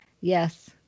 Yes